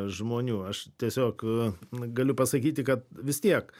žmonių aš tiesiog galiu pasakyti kad vis tiek